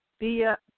via